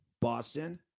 Boston